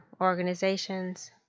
organizations